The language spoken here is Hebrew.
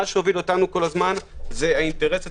מה שהוביל אותנו כל הזמן זה האינטרס הציבורי,